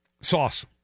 Sauce